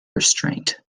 restraint